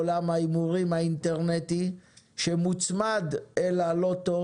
עולם ההימורים האינטרנטי שמוצמד אל הלוטו